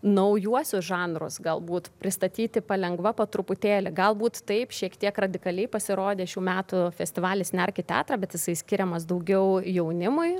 naujuosius žanrus galbūt pristatyti palengva po truputėlį galbūt taip šiek tiek radikaliai pasirodė šių metų festivalis nerk į teatrą bet jisai skiriamas daugiau jaunimui